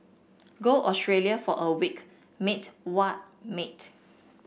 go Australia for a week mate what mate